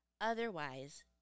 Otherwise